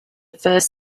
first